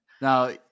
Now